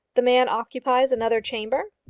the man occupies another chamber?